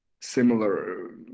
similar